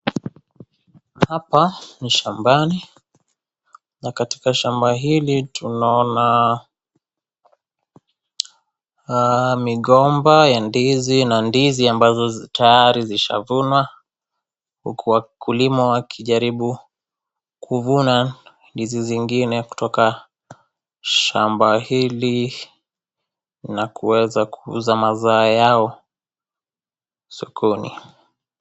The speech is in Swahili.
Hapa ni shambani na katika shamba hili tunaona migomba ya ndizi na ndizi ambazo tayari zishavunwa , huku wakulima wakijaribu kuvuna ndizi zingine kutoka shamba hili na kuweza kuuza mazao yao sokoni.